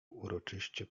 uroczyście